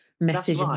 message